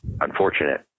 unfortunate